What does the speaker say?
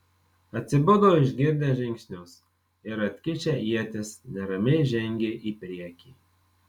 atsibudo išgirdę žingsnius ir atkišę ietis neramiai žengė į priekį